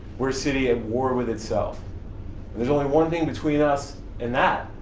we're a city at war with itself and there's only one thing between us and that,